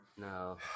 No